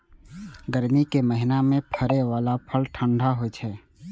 गर्मी के महीना मे फड़ै बला फल ठंढा होइ छै